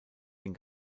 den